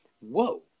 whoa